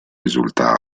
risulta